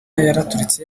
yaraturitse